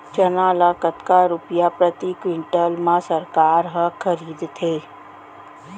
चना ल कतका रुपिया प्रति क्विंटल म सरकार ह खरीदथे?